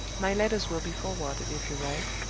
my letters will be forwarded if you write.